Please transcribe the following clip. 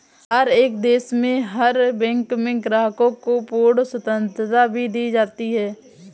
हर एक देश में हर बैंक में ग्राहकों को पूर्ण स्वतन्त्रता भी दी जाती है